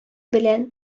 белән